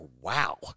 wow